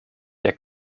der